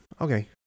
okay